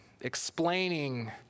explaining